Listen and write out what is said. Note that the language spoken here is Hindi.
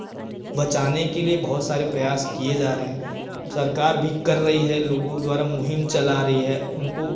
बचाने के लिए बहुत सारे प्रयास किए जा रहें सरकार भी कर रही है लोगों द्वारा मुहिम चला रही है उनको